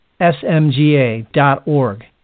smga.org